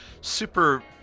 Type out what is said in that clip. super